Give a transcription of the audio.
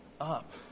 up